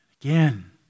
Again